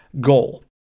goal